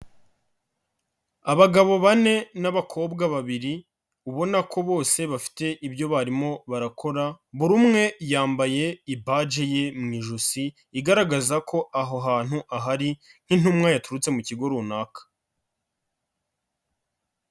Abagabo bane n'abakobwa babiri, ubona ko bose bafite ibyo barimo barakora, buri umwe yambaye ibaji ye mu ijosi igaragaza ko aho hantu ahari nk'intumwa yaturutse mu kigo runaka.